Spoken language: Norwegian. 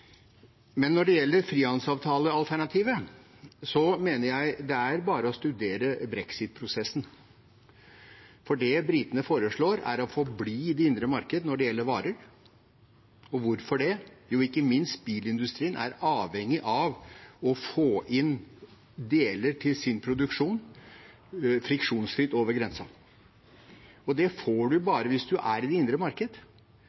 Når det gjelder frihandelsavtalealternativet, mener jeg det bare er å studere brexit-prosessen. For det britene foreslår, er å forbli i det indre marked når det gjelder varer. Hvorfor det? Jo – ikke minst bilindustrien er avhengig av å få inn deler til sin produksjon friksjonsfritt over grensen, og det får man bare hvis man er med i det indre marked.